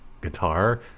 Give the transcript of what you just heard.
guitar